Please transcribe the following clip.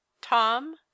Tom